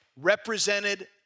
represented